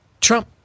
Trump